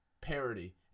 parody